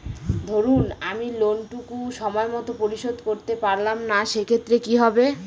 ধরুন আমি লোন টুকু সময় মত পরিশোধ করতে পারলাম না সেক্ষেত্রে কি হবে?